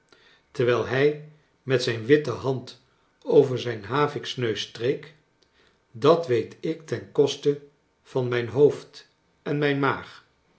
terwijl hij met zijn witte hand over zijn haviksneus streek dat weet ik ten koste van mijn hoofd en mijn maag